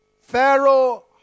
Pharaoh